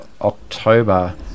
october